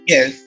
Yes